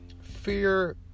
fear